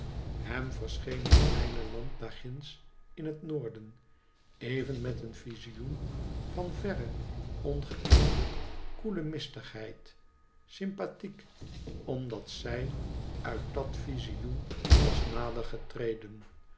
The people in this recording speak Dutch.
hem verscheen het kleine land daar ginds in het noorden even met een vizioen van verre ongekende koele mistigheid sympathiek omdat zij uit dat vizioen was nader getreden